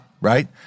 right